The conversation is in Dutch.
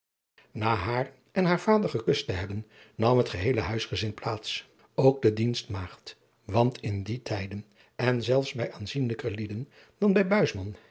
na haar en haar vader gekust te hebben nam het geheele huisgezin plaats ook de dienstmaagd want in die tijden en zelfs bij aanzienlijker lieden dan bij